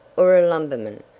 or a lumberman,